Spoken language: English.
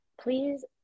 please